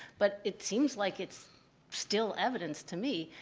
but it seems like it's still evidence to me.